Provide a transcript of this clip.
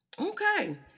Okay